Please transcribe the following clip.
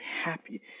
happy